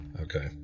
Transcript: Okay